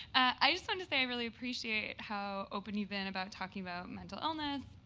i just wanted to say i really appreciate how open you've been about talking about mental illness.